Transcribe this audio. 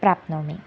प्राप्नोमि